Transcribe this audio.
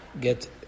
get